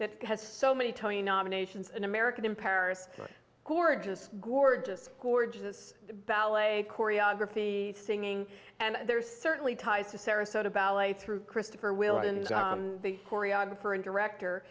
that has so many tony nominations an american in paris who are just gorgeous gorgeous ballet choreography singing and there's certainly ties to sarasota ballet through christopher williams the choreographer and director